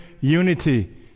unity